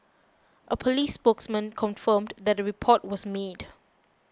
a police spokesman confirmed that a report was made